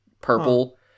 purple